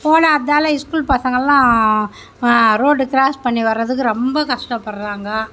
போடாததால் school பசங்கலாம் road cross பண்ணி வரதுக்கு ரொம்ப கஷ்டப்படுறாங்க